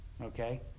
Okay